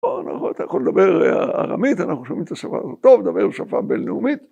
‫או אתה יכול לדבר ארמית, ‫אנחנו שומעים את השפה הזאת ‫טוב, דבר בשפה בינלאומית.